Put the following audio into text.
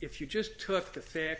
if you just took the